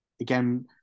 again